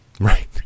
right